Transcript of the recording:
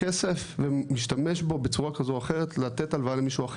כסף ומשתמש בו בצורה כזו או אחרת לתת הלוואה למישהו אחר,